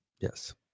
Yes